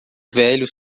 velho